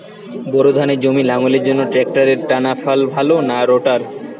Bore ধানের জমি লাঙ্গলের জন্য ট্রাকটারের টানাফাল ভালো না রোটার?